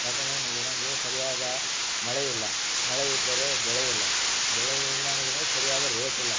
ಯಾಕಂದ್ರೆನಗಿ ನಮಗೆ ಸರಿಯಾದ ಮಳೆ ಇಲ್ಲ ಮಳೆ ಇದ್ದರೆ ಬೆಳೆ ಇಲ್ಲ ಬೆಳೆ ಇಲ್ಲಂದಗನೆ ಸರಿಯಾದ ರೇಟಿಲ್ಲ